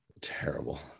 terrible